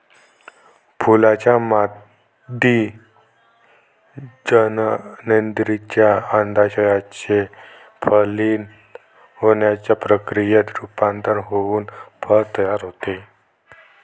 फुलाच्या मादी जननेंद्रियाचे, अंडाशयाचे फलित होण्याच्या प्रक्रियेत रूपांतर होऊन फळ तयार होते